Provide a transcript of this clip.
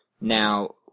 Now